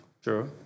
Sure